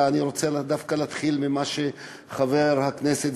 אני רוצה דווקא להתחיל ממה שחבר הכנסת,